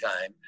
time